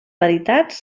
veritats